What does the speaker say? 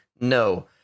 no